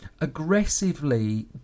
aggressively